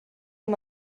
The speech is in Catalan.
amb